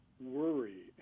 worry